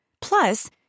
Plus